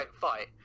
fight